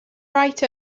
right